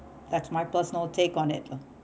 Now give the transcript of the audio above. that's my personal take on it ah